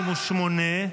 78,